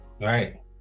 Right